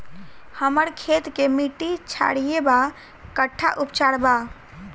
हमर खेत के मिट्टी क्षारीय बा कट्ठा उपचार बा?